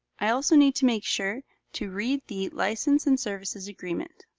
i also need to make sure to read the license and services agreement.